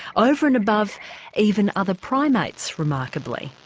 over and above even other primates remarkably.